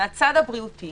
מהצד הבריאותי